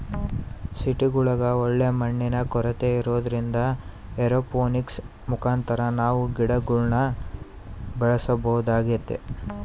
ಸಿಟಿಗುಳಗ ಒಳ್ಳೆ ಮಣ್ಣಿನ ಕೊರತೆ ಇರೊದ್ರಿಂದ ಏರೋಪೋನಿಕ್ಸ್ ಮುಖಾಂತರ ನಾವು ಗಿಡಗುಳ್ನ ಬೆಳೆಸಬೊದಾಗೆತೆ